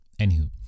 anywho